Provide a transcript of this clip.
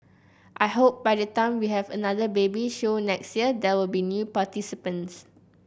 I hope by the time we have another baby show next year there will be new participants